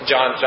John